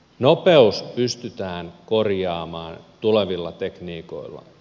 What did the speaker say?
nopeus pystytään korjaamaan tulevilla tekniikoilla